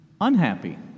unhappy